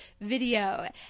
video